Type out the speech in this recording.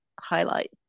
highlight